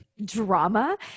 Drama